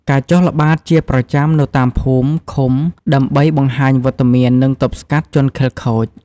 ការចុះល្បាតជាប្រចាំនៅតាមភូមិ ឃុំ ដើម្បីបង្ហាញវត្តមាន និងទប់ស្កាត់ជនខិលខូច។